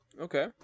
Okay